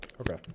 Okay